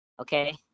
Okay